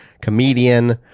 comedian